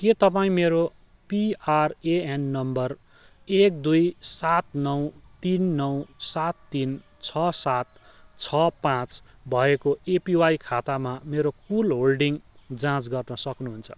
के तपाईँँ मेरो पिआरएएन नम्बर एक दुई सात नौ तिन नौ सात तिन छ सात छ पाँच भएको एपिवाई खातामा मेरो कुल होल्डिङ जाँच गर्न सक्नुहुन्छ